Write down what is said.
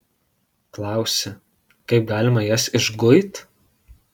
klausi kaip galima jas išguit